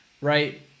right